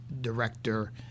director